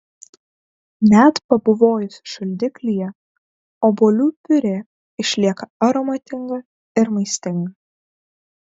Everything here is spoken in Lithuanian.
net pabuvojusi šaldiklyje obuolių piurė išlieka aromatinga ir maistinga